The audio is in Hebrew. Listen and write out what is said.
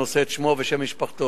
הנושא את שמו ושם משפחתו.